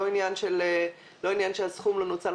לא עניין שהסכום לא נוצל.